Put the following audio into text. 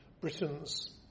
Britain's